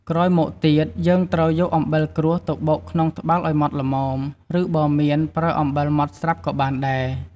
ក្រោយមកទៀត យើងត្រូវយកអំបិលក្រួសទៅបុកក្នុងត្បាល់ឱ្យម៉ដ្ឋល្មម ឬ បើមាន ប្រើអំបិលម៉ដ្តស្រាប់ក៏បានដែរ។